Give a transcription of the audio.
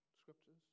scriptures